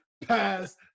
Past